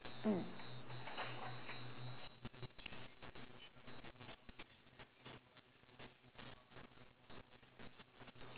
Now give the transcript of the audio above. mm